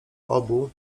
obu